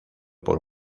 por